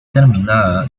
terminada